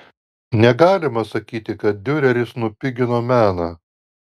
negalima sakyti kad diureris nupigino meną